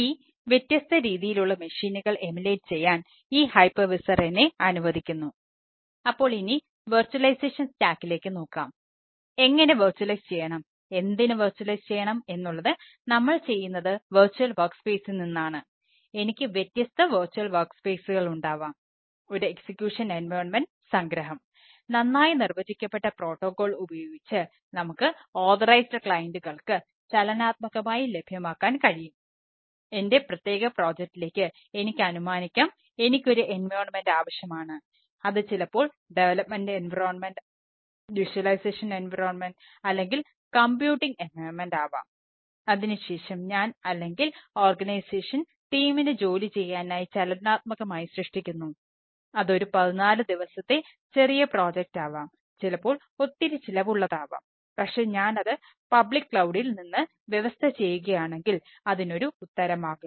ഈ വ്യത്യസ്ത രീതിയിലുള്ള മെഷീനുകൾ എമുലേറ്റ് നിന്ന് വ്യവസ്ഥ ചെയ്യുകയാണെങ്കിൽ അതിനൊരു ഉത്തരം ആകും